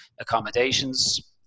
accommodations